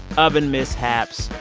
oven mishaps,